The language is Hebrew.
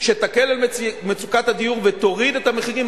שתקל על מצוקת הדיור ותוריד את המחירים.